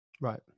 right